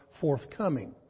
forthcoming